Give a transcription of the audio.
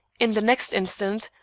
in the next instant,